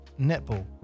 netball